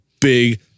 big